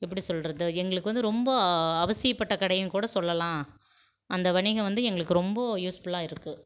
எப்படி சொல்வது எங்களுக்கு வந்து ரொம்ப அவசியப்பட்ட கடையின்னு கூட சொல்லலாம் அந்த வணிகம் வந்து எங்களுக்கு ரொம்ப யூஸ்ஃபுல்லாக இருக்குது